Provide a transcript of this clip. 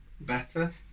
better